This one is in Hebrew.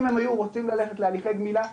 אם הם היו רוצים ללכת להליכי גמילה,